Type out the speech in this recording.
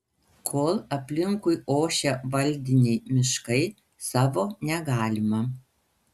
kol aplinkui ošia valdiniai miškai savo negalima